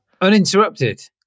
Uninterrupted